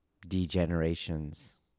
degenerations